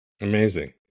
Amazing